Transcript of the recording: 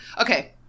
Okay